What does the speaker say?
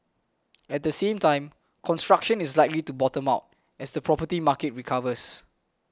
at the same time construction is likely to bottom out as the property market recovers